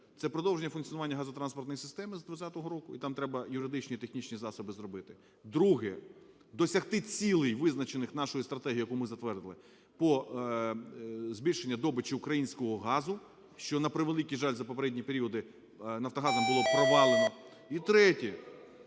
це продовження функціонування газотранспортної системи з 20-го року, і там треба юридичні, технічні засоби зробити; друге – досягти цілей, визначених нашою стратегією, яку ми затвердили, по збільшенню добичі українського газу, що, на превеликий жаль, за попередні періоди "Нафтогазом" було провалено; і третє